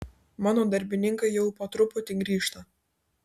mano darbininkai jau po truputį grįžta